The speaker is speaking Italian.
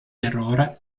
errore